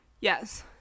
Yes